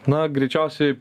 na greičiausiai